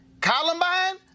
Columbine